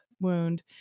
wound